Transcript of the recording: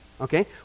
Okay